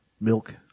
milk